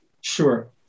Sure